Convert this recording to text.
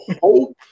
hope